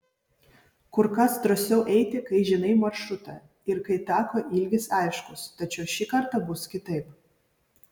kur kas drąsiau eiti kai žinai maršrutą ir kai tako ilgis aiškus tačiau šį kartą bus kitaip